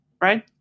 Right